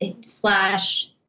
slash